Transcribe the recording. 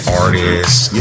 artists